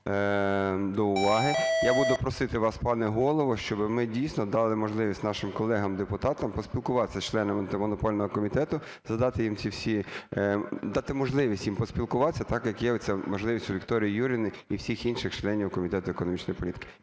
я буду просити вас, пане Голово, щоби ми дійсно дали можливість нашим колегам депутатам поспілкуватися з членами Антимонопольного комітету, задати їм ці всі…, дати можливість їм поспілкуватися так як є оця можливість у Вікторії Юріївни і всіх інших членів Комітету економічної політики.